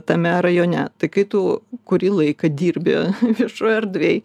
tame rajone tai kai tu kurį laiką dirbi viešoj erdvėj